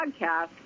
podcast